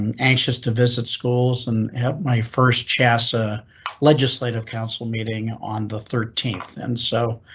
and anxious to visit schools and at my first chasa legislative council meeting on the thirteenth and so